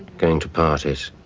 going to parties.